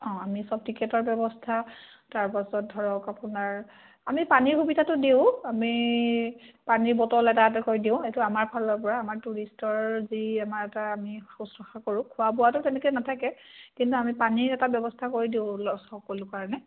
অঁ আমি সব টিকেটৰ ব্যৱস্থা তাৰপাছত ধৰক আপোনাৰ আমি পানীৰ সুবিধাটো দিওঁ আমি পানীৰ বটল এটা এটাকৈ দিওঁ সেইটো আমাৰ ফালৰ পৰা আমাৰ টুৰিষ্টৰ যি আমাৰ এটা আমি শুশ্ৰূষা কৰোঁ খোৱা বোৱাটো তেনেকৈ নাথাকে কিন্তু আমি পানীৰ এটা ব্যৱস্থা কৰি দিওঁ সকলো কাৰণে